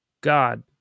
God